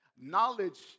knowledge